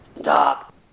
stop